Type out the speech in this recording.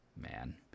man